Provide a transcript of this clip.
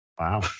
Wow